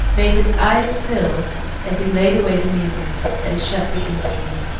made his eyes fill as he laid away the music, and shut the instrument,